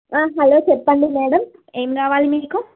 hello చెప్పండి madam ఏం కావాలి మీకు